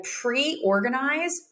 pre-organize